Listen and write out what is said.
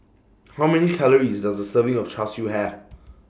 How Many Calories Does A Serving of Char Siu Have